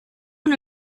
una